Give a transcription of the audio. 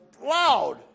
loud